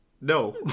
no